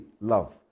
love